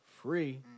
free